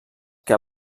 que